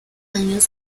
años